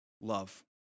love